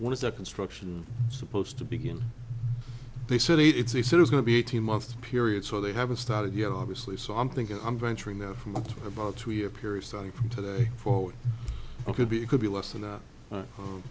is the construction supposed to begin they said it's they said it's going to be eighteen month period so they haven't started yet obviously so i'm thinking i'm venturing out from about two year period starting from today forward ok be it could be less than that